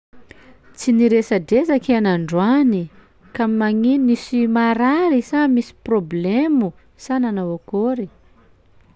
"Tsy niresadresaka iha nandroany! Ka magnino? Nisy marary sa misy problemo? Sa nanao akôry?"